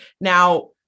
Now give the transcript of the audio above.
now